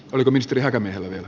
oliko misteli parhaamme teemme